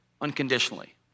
unconditionally